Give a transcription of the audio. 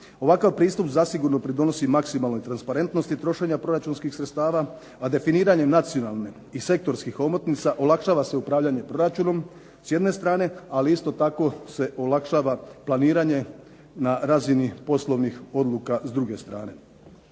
Ovakav pristup zasigurno pridonosi maksimalnoj transparentnosti trošenja proračunskih sredstava, a definiranjem nacionalnih i sektorskih omotnica olakšava se upravljanje proračunom s jedne strane, li isto tako se olakšava planiranje na razini poslovnih odluka s druge strane.